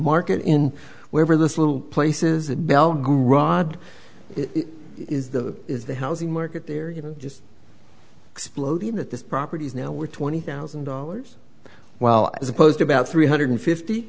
market in wherever this little places in belgrade is the is the housing market there you know just exploding that this property is now we're twenty thousand dollars well as opposed to about three hundred fifty